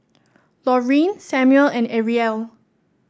Laurene Samuel and Arielle